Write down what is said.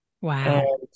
Wow